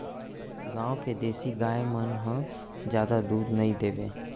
गॉँव के देसी गाय मन ह जादा दूद नइ देवय